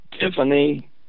Tiffany